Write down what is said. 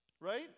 right